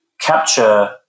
capture